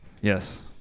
Yes